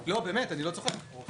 או למבנה ציבור פשוט,